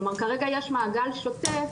כלומר כרגע יש מעגל שותף,